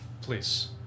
please